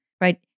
right